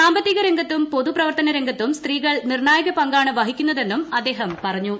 സാമ്പത്തിക രംഗത്തും പൊതുപ്രവർത്തന രംഗത്തും സ്ത്രീകൾ നിർണായക പങ്കാണ് വഹിക്കുന്നതെന്നും അദ്ദേഹം പറഞ്ഞു